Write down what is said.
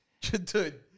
dude